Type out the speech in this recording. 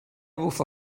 bufa